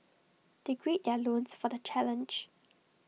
they gird their loins for the challenge